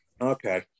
okay